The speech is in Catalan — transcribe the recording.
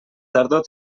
tardor